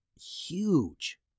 huge